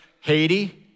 Haiti